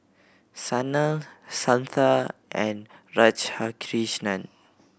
Sanal Santha and Radhakrishnan